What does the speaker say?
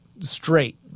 straight